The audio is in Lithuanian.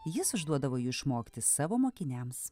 jis užduodavo jų išmokti savo mokiniams